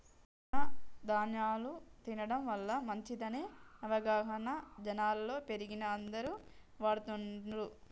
తృణ ధ్యాన్యాలు తినడం వల్ల మంచిదనే అవగాహన జనాలలో పెరిగి అందరు వాడుతున్లు